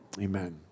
amen